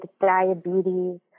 diabetes